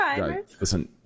Listen